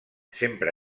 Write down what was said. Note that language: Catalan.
sempre